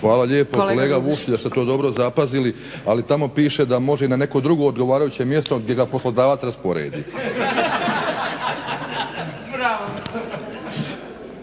Hvala lijepo kolega Vukšić da ste to dobro zapazili, ali tamo piše da može i na neko drugo odgovarajuće mjesto gdje ga poslodavac rasporedi.